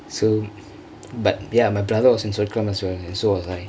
so ya but ya my brother was in Sorkalam as well so was I